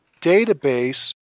database